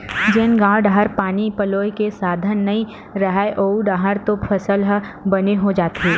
जेन गाँव डाहर पानी पलोए के साधन नइय रहय ओऊ डाहर तो फसल ह बने हो जाथे